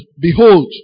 behold